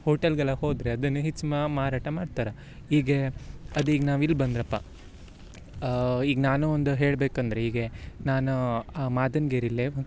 ಹೋಟೆಲ್ಗೆಲ್ಲ ಹೋದರೆ ಅದನ್ನ ಹೆಚ್ಚು ಮಾರಾಟ ಮಾಡ್ತಾರೆ ಹೀಗೆ ಅದೀಗ ನಾವು ಇಲ್ಲ ಬಂದ್ರಪ್ಪ ಈಗ ನಾನು ಒಂದು ಹೇಳ್ಬೇಕೆಂದರೆ ಈಗ ನಾನು ಆ ಮಾದನ್ ಗಿರೀಲೆ